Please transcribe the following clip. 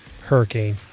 hurricane